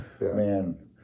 man